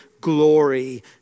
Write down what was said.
glory